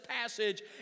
passage